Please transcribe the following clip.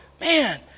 man